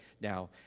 now